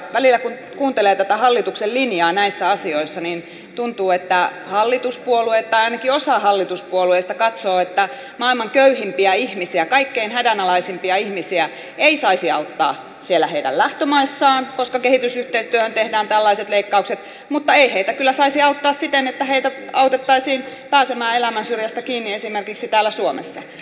välillä kun kuuntelee tätä hallituksen linjaa näissä asioissa tuntuu että hallituspuolueet katsovat tai ainakin osa hallituspuolueista katsoo että maailman köyhimpiä ihmisiä kaikkein hädänalaisimpia ihmisiä ei saisi auttaa siellä heidän lähtömaissaan koska kehitysyhteistyöstä tehdään tällaiset leikkaukset mutta ei heitä saisi auttaa sitenkään että heitä autettaisiin pääsemään elämänsyrjästä kiinni esimerkiksi täällä suomessa